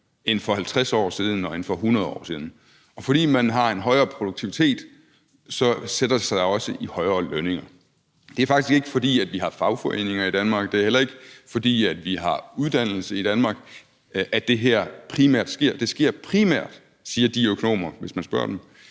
end for 50 siden eller for 100 år siden. Og fordi man har en højere produktivitet, sætter det sig også i højere lønninger. Det er faktisk ikke, fordi vi har fagforeninger i Danmark, det er heller ikke, fordi vi har uddannelse i Danmark, at det her primært sker. Det sker primært, siger de her økonomer, hvis man spørger dem,